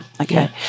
Okay